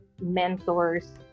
mentors